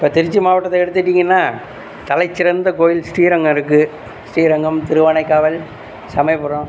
இப்போ திருச்சி மாவட்டத்தை எடுத்துட்டிங்கனா தலைச்சிறந்த கோயில் ஸ்ரீரங்கம் இருக்கு ஸ்ரீரங்கம் திருவானைக்காவல் சமயபுரம்